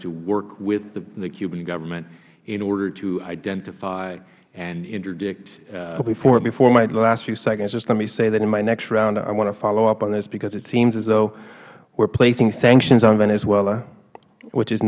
to work with the cuban government in order to identify and interdict mister rivera before my last few seconds just let me say that in my next round i want to follow up on this because it seems as though we are placing sanctions on venezuela which is